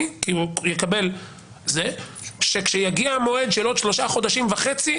חודשים כשיגיע המועד של עוד שלושה וחצי חודשים,